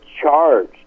charged